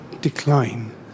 decline